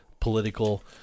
political